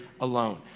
alone